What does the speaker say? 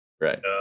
Right